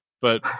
But-